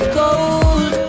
cold